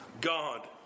God